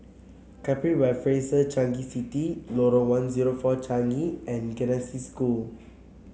Capri by Fraser Changi City Lorong one zero four Changi and Genesis School